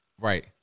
Right